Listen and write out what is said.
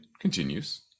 continues